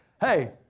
hey